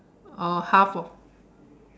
oh half of